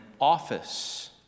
office